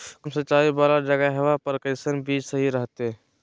कम सिंचाई वाला जगहवा पर कैसन बीज सही रहते?